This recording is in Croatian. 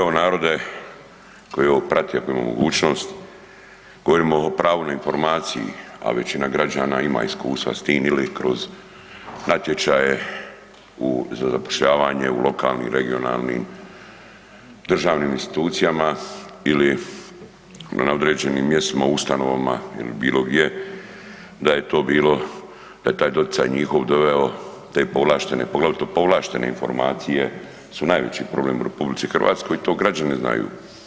Evo narode koji ovo prati, ako ima mogućnost, govorim o pravu na informaciji, a većina građana ima iskustva s tim ili kroz natječaje za zapošljavanje u lokalnim, regionalnim, državnim institucijama ili na određenim mjestima, ustanovama ili bilo gdje da je to bilo, da je taj doticaj njihov doveo, te povlaštene, poglavito povlaštene informacije su najveći problem u RH i to građani znaju.